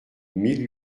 mille